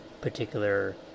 particular